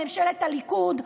בממשלת הליכוד,